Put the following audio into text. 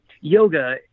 yoga